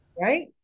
Right